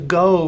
go